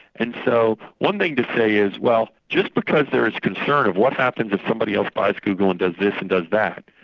and so one thing to say is well, just because there is concern of what happens if somebody else buys google and does this and does that,